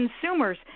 consumers